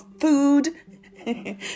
food